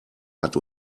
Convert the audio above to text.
hat